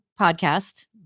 podcast